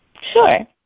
Sure